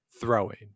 throwing